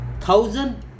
Thousand